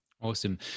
Awesome